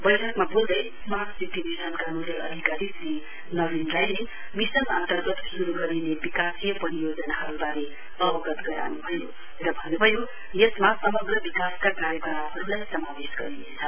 बैठकमा बोल्दै smart city मिशनका नोडल अधिकारी श्री नवीन राईले मिशन अन्तर्गत श्रू गरिने विकासीय परियोजनाहरूबारे अवगत गराउन्भयो र भन्न्भयो यसमा समग्र विकासका कार्यकलापहरूलाई समावेश गरिनेछ